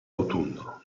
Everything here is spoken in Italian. autunno